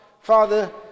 father